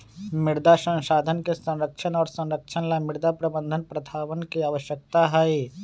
मृदा संसाधन के संरक्षण और संरक्षण ला मृदा प्रबंधन प्रथावन के आवश्यकता हई